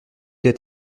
est